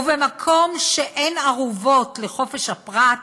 ובמקום שאין ערובות לחופש הפרט,